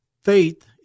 Faith